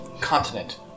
continent